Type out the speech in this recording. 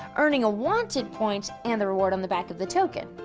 earning a wanted point and the reward on the back of the token.